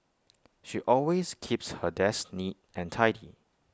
she always keeps her desk neat and tidy